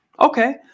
okay